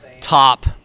top